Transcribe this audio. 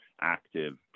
active